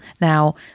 Now